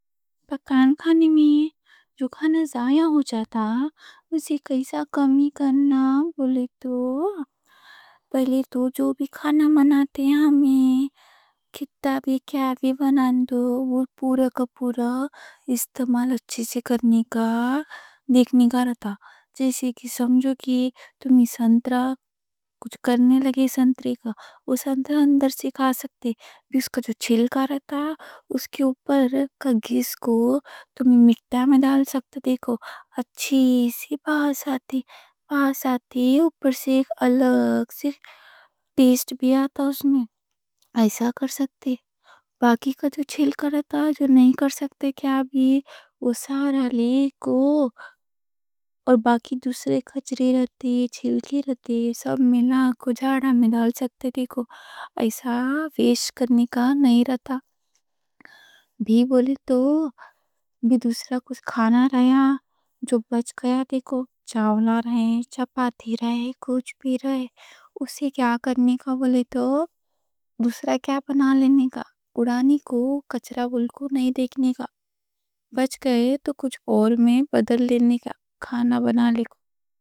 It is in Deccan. پکانے میں جو کھانا ضائع ہو جاتا، اسے کیسا کمی کرنا بولے تو، پہلے تو جو بھی کھانا بناتے ہیں، ہمیں کتّا بھی، کیا بھی بنا دو، وہ پورا کا پورا استعمال اچھے سے کرنے کا، دیکھنے کا رہتا۔ جیسے کہ سمجھو کہ تمہیں سنترہ کچھ کرنے لگے سنترے کا، وہ سنترہ اندر سے کھا سکتے، اس کا جو چھلکا رہتا۔ اس کے اوپر کا زیسٹ کو تمہیں مٹّی میں ڈال سکتے، دیکھو، اچھی سی باس آتی، باس آتی۔ اوپر سے ایک الگ سے پیسٹ بھی آتا اس میں، ایسا کر سکتے، باقی کا جو چھلکا رہتا، جو نہیں کر سکتے۔ کیا بھی، وہ سارا لے کو، اور باقی دوسرے کچرا رہتے، چھلکے رہتے، سب ملا کو جاڑا میں ڈال سکتے۔ دیکھو، ایسا ویسٹ کرنے کا نہیں رہتا، بھی بولے تو۔ بھی دوسرا کچھ کھانا رہیا جو بچ گیا، دیکھو، چاول رہے، چپاتی رہے، کچھ پی رہے۔ اس سے کیا کرنے کا، بولے تو، دوسرا کیا بنا لینے کا، اڑانی کو۔ کچرا بالکل نہیں دیکھنے کا، بچ گئے تو، کچھ اور میں بدل لینے کا، کھانا بنا لے کو۔